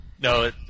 No